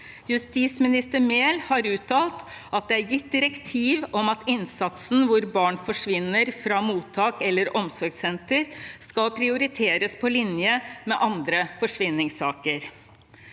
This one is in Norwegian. Justisminister Mehl har uttalt at det er gitt direktiv om at innsatsen hvor barn forsvinner fra mottak eller omsorgssenter, skal prioriteres på linje med andre forsvinningssaker.